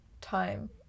time